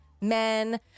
men